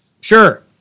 Sure